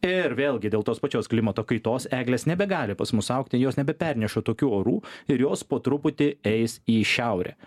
ir vėlgi dėl tos pačios klimato kaitos eglės nebegali pas mus augti jos nebeperneša tokių orų ir jos po truputį eis į šiaurę